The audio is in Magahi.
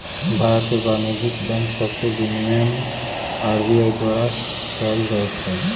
भारत में वाणिज्यिक बैंक सभके विनियमन आर.बी.आई द्वारा कएल जाइ छइ